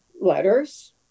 letters